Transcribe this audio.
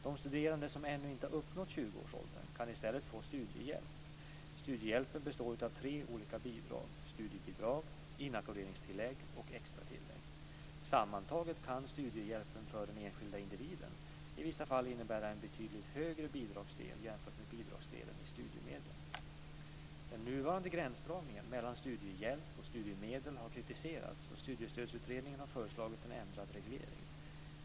De studerande som ännu inte uppnått 20 årsåldern kan i stället få studiehjälp. Studiehjälpen består av tre olika bidrag; studiebidrag, inackorderingstillägg och extra tillägg. Sammantaget kan studiehjälpen för den enskilde individen i vissa fall innebära en betydligt högre bidragsdel jämfört med bidragsdelen i studiemedlen. Den nuvarande gränsdragningen mellan studiehjälp och studiemedel har kritiserats och studiestödsutredningen har föreslagit en ändrad reglering.